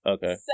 Okay